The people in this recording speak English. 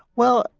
well,